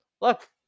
look